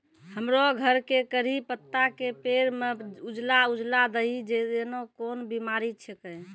हमरो घर के कढ़ी पत्ता के पेड़ म उजला उजला दही जेना कोन बिमारी छेकै?